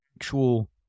actual